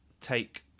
take